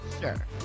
sure